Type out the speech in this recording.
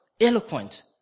eloquent